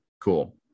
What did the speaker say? cool